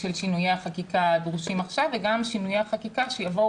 הדרושים עכשיו וגם שינויי החקיקה שיבואו